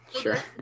Sure